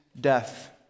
death